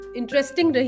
interesting